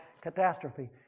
catastrophe